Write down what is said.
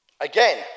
again